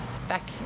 Back